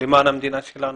המדינה שלנו.